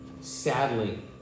sadly